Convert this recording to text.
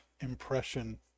impression